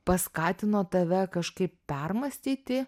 paskatino tave kažkaip permąstyti